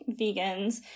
vegans